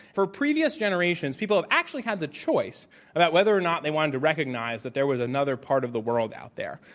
for previous generations, people have actually had the choice about whether or not they wanted to recognize that there was another part of the world out there.